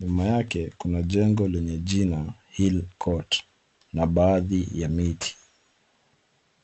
Nyuma yake kuna jengo lenye jina Hill Court na baadhi ya miti.